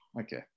Okay